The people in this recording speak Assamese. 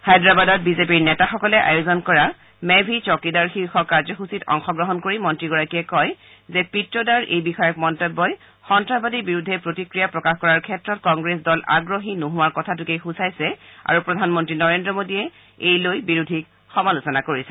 হায়দৰাবাদত বিজেপিৰ নেতাসকলে আয়োজন কৰা মেন ভি টৌকীদাৰ শীৰ্ষক কাৰ্যসূচীত অংশগ্ৰহণ কৰি মন্ত্ৰীগৰাকীয়ে কয় যে পিত্ৰদাৰ এই বিষয়ক মন্তব্যই সন্নাসবাদীৰ বিৰুদ্ধে প্ৰতিক্ৰিয়া প্ৰকাশ কৰাৰ ক্ষেত্ৰত কংগ্ৰেছ দল আগ্ৰহী নোহোৱাৰ কথাটোকে সূচাইছে আৰু প্ৰধানমন্ত্ৰী নৰেন্দ্ৰ মোডীয়ে এই লৈ বিৰোধীক সমালোচনা কৰিছে